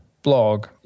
Blog